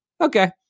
okay